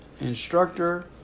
instructor